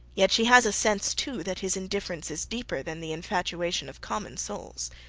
yet she has a sense, too, that his indifference is deeper than the infatuation of commoner souls.